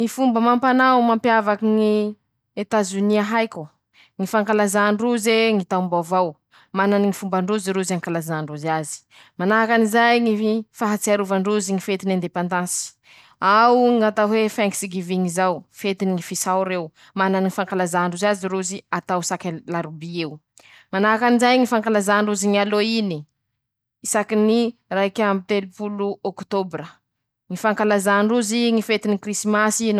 ñy fomba amampanao mampiavaka ñ Etazonia haiko: ñy fankalazàndroze ñy taombaovao mana ñy fomba ndrozy rozy ankalazà ndrozy azy, manahakan'izay ñy f fahatsiarovandrozey ñy fetint ñy endepandansy, ao ñatao hoe, thanks geving zao, fetiny ñy fisaora eo, manana ñy fankalazà ndrozy azy rozy atao saky larobia eo, manakanjay ñy fankalazà ndrozy ñy halloing, isaky ny raik'amby telopolo oktôbra, ñy fankalazà ndrozy ñy fetiny krisimasy.